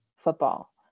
Football